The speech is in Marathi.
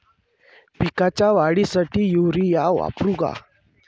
पिकाच्या वाढीसाठी युरिया वापरू का?